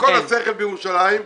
כל השכל בירושלים,